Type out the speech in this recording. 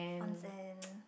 onsen